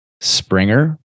Springer